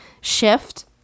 shift